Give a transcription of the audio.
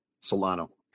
Solano